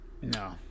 No